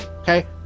Okay